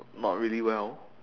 not really well